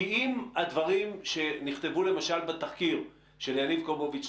אם הדברים שנכתבו למשל בתחקיר של יניב קובוביץ'